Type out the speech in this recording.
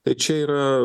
tai čia yra